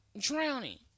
drowning